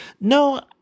no